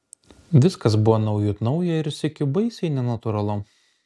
viskas buvo naujut nauja ir sykiu baisiai nenatūralu